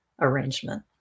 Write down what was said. arrangement